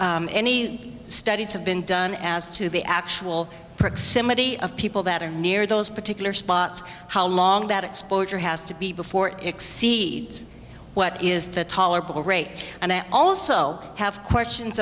any studies have been done as to the actual proximity of people that are near those particular spots how long that exposure has to be before exceeds what is the tolerable rate and i also have questions